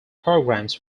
programs